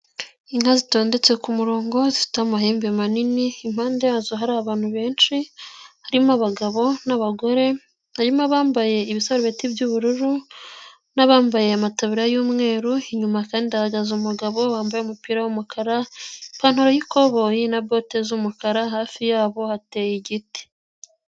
Inka zitondetse ku murongo zifite amahembe manini impande yazo hari abantu benshi harimo abagabo n'abagore barimo bambaye ibisarubeti by'ubururu n'abambaye amataba y'umweru inyuma kandi ahagaze umugabo wambaye umupira wumukara ipantarokoboyi na bote z'umukara hafi yabo hateye igiti.